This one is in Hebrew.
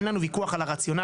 אין ויכוח לגבי הרציונל,